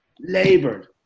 labored